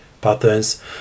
patterns